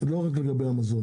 ולא רק לגבי מזון,